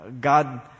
God